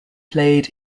played